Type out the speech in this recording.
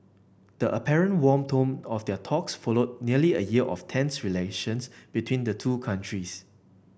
the apparent warm tone of their talks followed nearly a year of tense relations between the two countries